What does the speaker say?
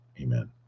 Amen